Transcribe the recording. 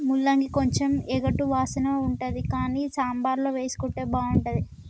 ముల్లంగి కొంచెం ఎగటు వాసన ఉంటది కానీ సాంబార్ల వేసుకుంటే బాగుంటుంది